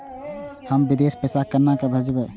हम विदेश पैसा केना भेजबे?